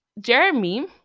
Jeremy